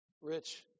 Rich